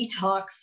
detox